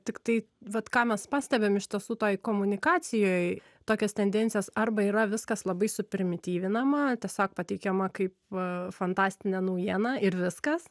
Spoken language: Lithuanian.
tiktai vat ką mes pastebim iš tiesų toj komunikacijoj tokias tendencijas arba yra viskas labai suprimityvinama tiesiog pateikiama kaip fantastinė naujiena ir viskas